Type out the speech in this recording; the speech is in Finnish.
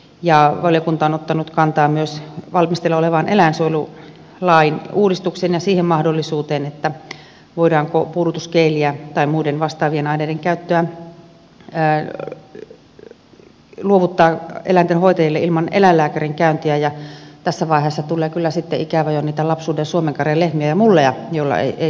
valiokunta on ottanut kantaa myös valmisteilla olevaan eläinsuojelulain uudistukseen ja siihen mahdollisuuteen voidaanko puudutusgeelin tai muiden vastaavien aineiden käyttöä luovuttaa eläinten hoitajille ilman eläinlääkärin käyntiä ja tässä vaiheessa tulee kyllä sitten ikävä jo niitä lapsuuden suomenkarjalehmiä ja mulleja joilla ei sarvia ollut